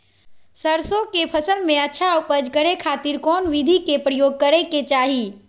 सरसों के फसल में अच्छा उपज करे खातिर कौन विधि के प्रयोग करे के चाही?